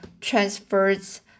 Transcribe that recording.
transfers